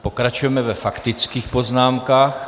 Pokračujeme ve faktických poznámkách.